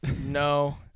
No